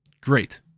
Great